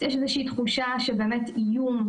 יש איזושהי תחושה באמת של איום,